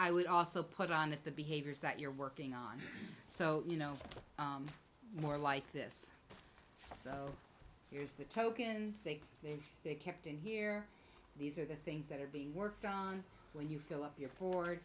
i would also put on that the behaviors that you're working on so you know more like this here's the tokens they've been kept in here these are the things that are being worked on when you fill up your board